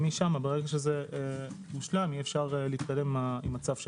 משם ברגע שזה יושלם אפשר יהיה להתקדם עם הצו שלנו.